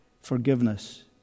forgiveness